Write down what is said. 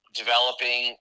developing